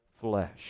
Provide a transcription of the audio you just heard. flesh